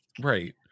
right